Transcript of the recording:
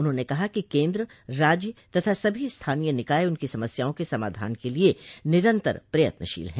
उन्होंने कहा कि केन्द्र राज्य तथा सभी स्थानीय निकाय उनकी समस्याओ के समाधान के लिए निरंतर प्रयत्नशील हैं